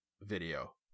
video